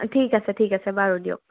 ঠিক আছে ঠিক আছে বাৰু দিয়ক